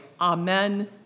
Amen